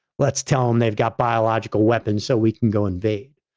let's tell them they've got biological weapons so we can go invade.